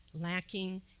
lacking